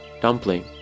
Dumpling